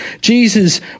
Jesus